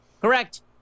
Correct